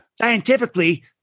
scientifically